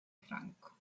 franco